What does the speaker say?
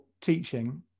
teaching